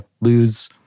lose